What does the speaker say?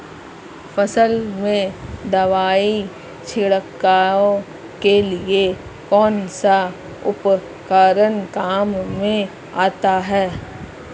फसल में दवाई छिड़काव के लिए कौनसा उपकरण काम में आता है?